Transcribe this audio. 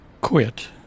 quit